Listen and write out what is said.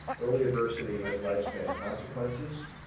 early adversity has lifespan consequences.